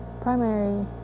primary